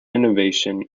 innovation